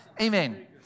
Amen